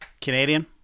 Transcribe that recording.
Canadian